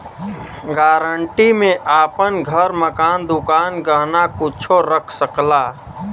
guarantee में आपन घर, मकान, दुकान, गहना कुच्छो रख सकला